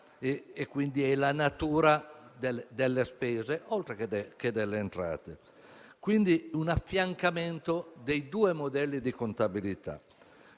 e quindi la natura delle spese, oltre che delle entrate. Quindi un affiancamento dei due modelli di contabilità.